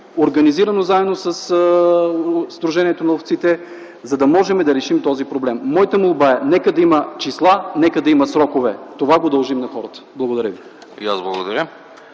организирано, заедно със Сдружението на ловците, за да можем да решим този проблем. Моята молба е: нека да има числа, нека да има срокове. Това го дължим на хората. Благодаря.